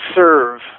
serve